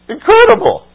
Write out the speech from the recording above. Incredible